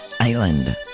Island